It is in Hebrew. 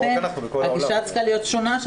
לכן הגישה שם צריכה להיות שונה.